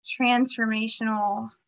transformational